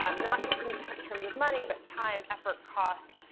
um not just in terms of money but time, effort, cost.